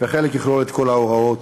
וחלק יכלול את כל ההוראות.